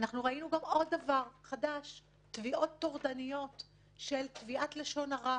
ראינו עוד דבר חדש והוא תביעות טורדניות של תביעת לשון הרע.